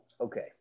Okay